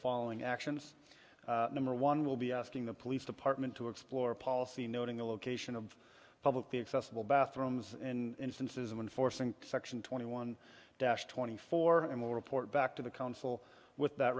following actions number one will be asking the police department to explore a policy noting the location of publicly accessible bathrooms and cynicism in forcing section twenty one dash twenty four and will report back to the council with that